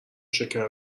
شکر